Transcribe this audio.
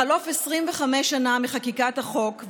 בחלוף 25 שנה מחקיקת החוק,